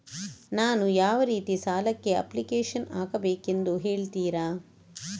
ನಾನು ಯಾವ ರೀತಿ ಸಾಲಕ್ಕೆ ಅಪ್ಲಿಕೇಶನ್ ಹಾಕಬೇಕೆಂದು ಹೇಳ್ತಿರಾ?